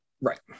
right